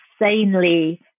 insanely